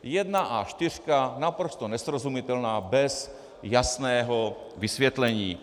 Jedna A4, naprosto nesrozumitelná, bez jasného vysvětlení.